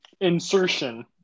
insertion